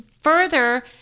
further